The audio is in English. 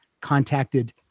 contacted